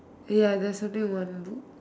ya there's only one book